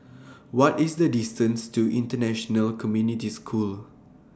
What IS The distance to International Community School